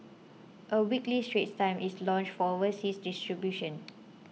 a weekly Straits Times is launched for overseas distribution